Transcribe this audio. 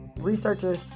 researchers